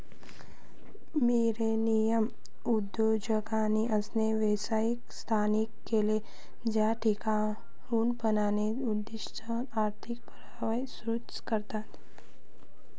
millennial उद्योजकांनी असे व्यवसाय स्थापित केले जे टिकाऊपणाच्या उद्दीष्टांसह आर्थिक परतावा संतुलित करतात